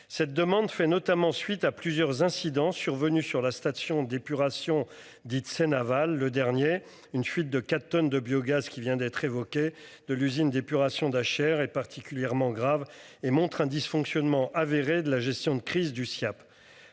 cette demande fait notamment suite à plusieurs incidents survenus sur la station d'épuration dite Seine le dernier une fuite de 4 tonnes de biogaz qui vient d'être révoqué de l'usine d'épuration d'Achères est particulièrement grave et montre un dysfonctionnement avéré de la gestion de crise du Siaap